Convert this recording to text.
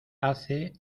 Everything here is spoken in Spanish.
hace